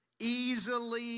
easily